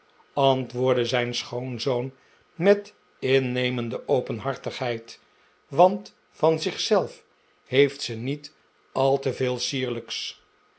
antwoordde zijn schoonzoon met innemende openhartigheid want van zich zelf heeft ze niet al te veel